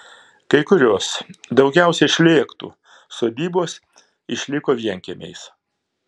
kai kurios daugiausiai šlėktų sodybos išliko vienkiemiais